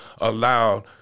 allowed